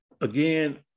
again